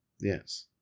Yes